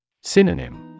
Synonym